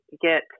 get